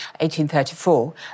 1834